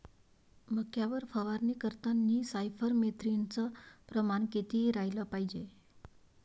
मक्यावर फवारनी करतांनी सायफर मेथ्रीनचं प्रमान किती रायलं पायजे?